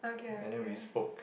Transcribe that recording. and then we spoke